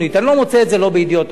אני לא מוצא את זה ב"ידיעות אחרונות",